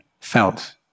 felt